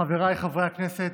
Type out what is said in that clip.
חבריי חברי הכנסת,